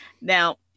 Now